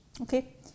Okay